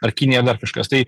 ar kinija ar dar kažkas tai